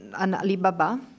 Alibaba